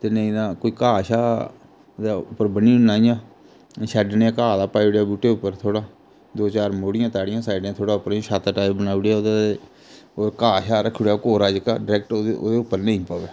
ते नेईं तां कोई घाह् शाह् उप्पर बन्नी ओड़ना इ'यां शैंड जेहा घाह् दा पाई ओड़ेआ बूहटे उप्पर थोह्ड़ा दो चार मोड़ियां ताड़ियां साइडै थोह्ड़ा पर इ'यां छत टाइप बनाई ओड़ेआ ओह्दे उपर घाह् शाह् रक्खी ओड़ेआ कोरा जेह्का डरैक्ट ओह्दे उप्पर नेईं पवै